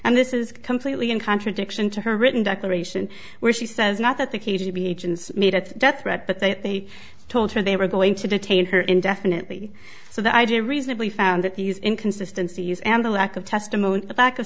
and this is completely in contradiction to her written declaration where she says not that the k g b agents made a death threat but that they told her they were going to detain her indefinitely so the idea reasonably found that these inconsistency is and the lack of testimony the back of